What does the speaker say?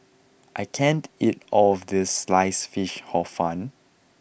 I can't eat all of this sliced fish hor fun